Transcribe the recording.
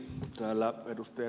täällä ed